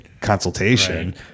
consultation